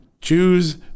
choose